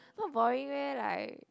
not boring meh like